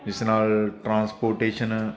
ਜਿਸ ਨਾਲ ਟਰਾਂਸਪੋਰਟੇਸ਼ਨ